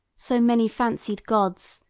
so many fancied gods,